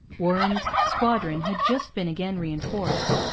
warren's squadron had just been again reinforced,